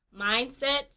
mindset